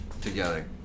together